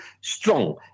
strong